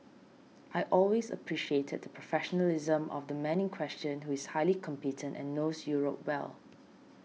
I always appreciated professionalism of the man in question who is highly competent and knows Europe well